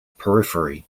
periphery